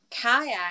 kayak